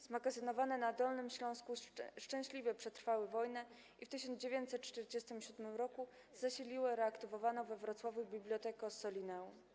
Zmagazynowane na Dolnym Śląsku szczęśliwie przetrwały wojnę i w 1947 r. zasiliły reaktywowaną we Wrocławiu Bibliotekę Ossolineum.